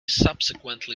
subsequently